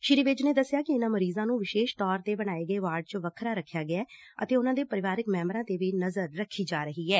ਸ੍ਰੀ ਵਿੱਜ ਨੇ ਦਸਿਐ ਕਿ ਇਨਾਂ ਮਰੀਜ਼ਾਂ ਨੂੰ ਵਿਸ਼ੇਸ਼ ਤੌਰ ਤੇ ਬਣਾਏ ਗਏ ਵਾਰਡ ਚ ਵੱਖਰਾ ਰਖਿਆ ਗਿਐ ਅਤੇ ਉਨੂਾ ਦੇ ਪਰਿਵਾਰਕ ਮੈਬਰਾ ਤੇ ਵੀ ਨਜ਼ਰ ਰੱਖੀ ਜਾ ਰਹੀ ਐ